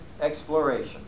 exploration